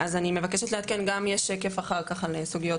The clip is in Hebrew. מבקשת לעדכן גם יש שקף אחר כך על סוגיות